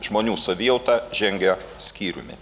žmonių savijauta žengia skyriumi